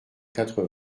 quatre